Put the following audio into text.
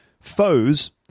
foes